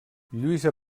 lluïsa